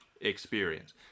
experience